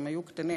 כשהם היו קטנים,